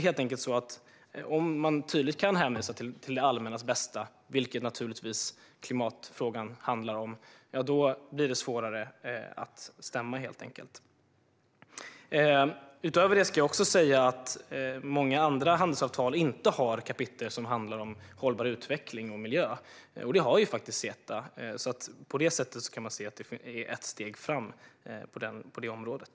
Men om man tydligt kan hänvisa till det allmännas bästa, vilket naturligtvis klimatfrågan handlar om, blir det helt enkelt svårare att bli stämd. Många andra handelsavtal har inte kapitel som handlar om hållbar utveckling och miljö, men det har faktiskt CETA. På det sättet kan man se det som ett steg framåt på det området.